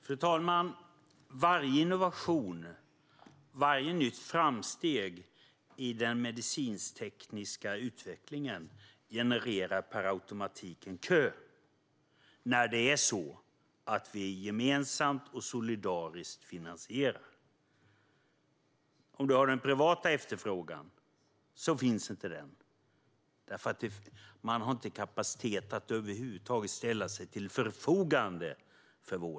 Fru talman! Varje innovation, varje nytt framsteg i den medicintekniska utvecklingen genererar per automatik en kö när vi gemensamt och solidariskt finansierar sjukvården. Då finns det inte någon privat efterfrågan eftersom det inte finns kapacitet för vården att över huvud taget ställa sig till förfogande.